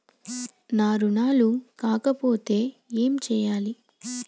నా రుణాలు కాకపోతే ఏమి చేయాలి?